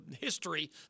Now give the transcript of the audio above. history